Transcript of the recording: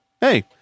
hey